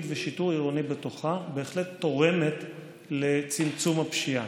ושיטור עירוני בתוכה בהחלט תורמים לצמצום הפשיעה.